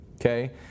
okay